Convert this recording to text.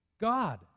God